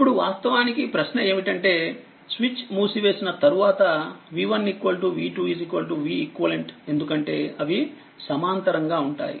ఇప్పుడువాస్తవానికి ప్రశ్న ఏమిటంటేస్విచ్ మూసివేసిన తరువాత v1v2veq ఎందుకంటే అవి సమాంతరంగా ఉంటాయి